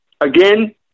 Again